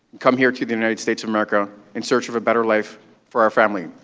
come here to the united states of america in search of a better life for our family.